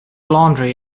laundry